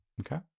Okay